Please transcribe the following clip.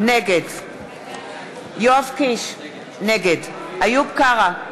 נגד יואב קיש, נגד איוב קרא,